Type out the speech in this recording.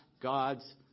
God's